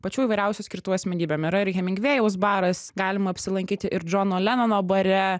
pačių įvairiausių skirtų asmenybėm yra ir hemingvėjaus baras galima apsilankyti ir džono lenono bare